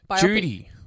Judy